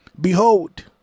Behold